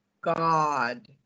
God